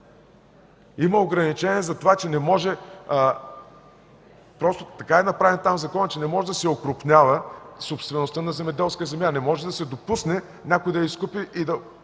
Има ограничения за това – така е направен там законът, че не може да се окрупнява собствеността на земеделска земя, не може да се допусне някой да я изкупи и да